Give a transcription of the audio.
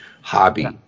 hobby